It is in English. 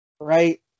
Right